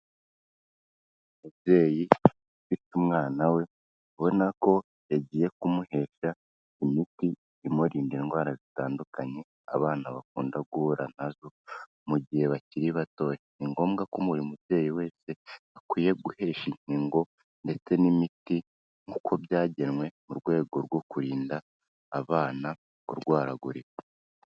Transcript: Umubyeyi ufite umwana we ubona ko yagiye kumuhesha imiti imurinda indwara zitandukanye abana bakunda guhura nazo mu gihe bakiri batoya . Ni ngombwa ko buri mubyeyi wese akwiye guhesha inkingo ndetse n'imiti uko byagenwe mu rwego rwo kurinda abana kurwaragurika.